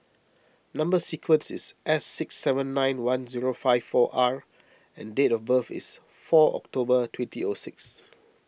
Number Sequence is S six seven nine one zero five four R and date of birth is four October twenty O six